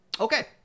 Okay